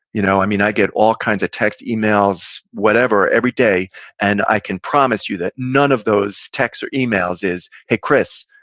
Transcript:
you know i mean, i get all kinds of text, emails, whatever every day and i can promise you that none of those texts or emails is, hey chris,